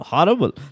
Horrible